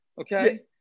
Okay